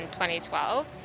2012